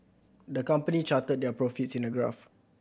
the company charted their profits in a graph